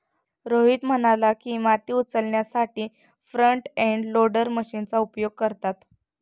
रोहित म्हणाला की, माती उचलण्यासाठी फ्रंट एंड लोडर मशीनचा उपयोग करतात